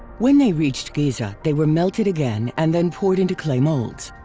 when they reached giza, they were melted again and then poured into clay molds.